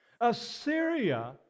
Assyria